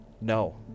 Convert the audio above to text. no